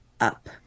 up